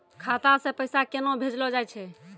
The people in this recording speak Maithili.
खाता से पैसा केना भेजलो जाय छै?